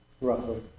Roughly